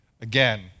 again